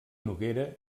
noguera